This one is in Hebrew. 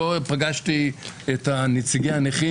פגשתי פה את נציגי הנכים,